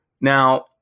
Now